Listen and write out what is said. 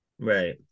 Right